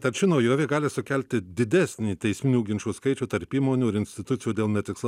ar ši naujovė gali sukelti didesnį teisminių ginčų skaičių tarp įmonių ir institucijų dėl netikslau